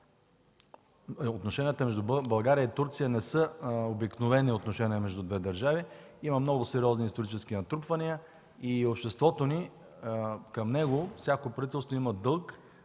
Отношенията между България и Турция не са обикновени отношения между две държави, има много сериозни исторически натрупвания и всяко правителство има дълг